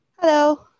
Hello